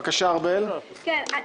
בבקשה, ארבל אסטרחן.